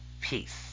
peace